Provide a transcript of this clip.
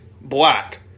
Black